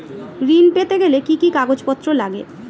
ঋণ পেতে গেলে কি কি কাগজপত্র লাগে?